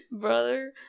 Brother